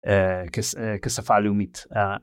כשפה לאומית.